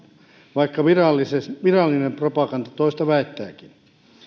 vaikka virallinen virallinen propaganda toista väittääkin